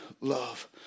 love